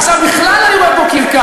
עכשיו בכלל, אני רואה פה קרקס.